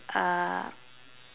uh